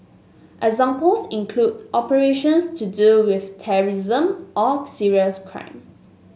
examples include operations to do with terrorism or serious crime